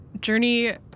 Journey